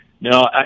no